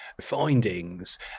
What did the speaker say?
findings